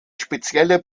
spezielle